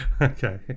Okay